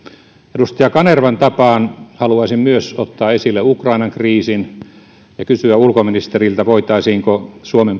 edustaja kanervan tapaan haluaisin myös ottaa esille ukrainan kriisin ja kysyä ulkoministeriltä voitaisiinko suomen